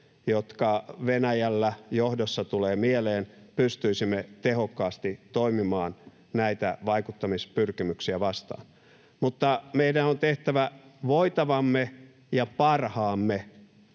jotka Venäjällä johdossa tulevat mieleen, pystyisimme tehokkaasti toimimaan näitä vaikuttamispyrkimyksiä vastaan. Mutta meidän on tehtävä voitavamme ja parhaamme,